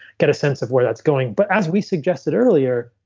get a sense of where that's going but as we suggested earlier,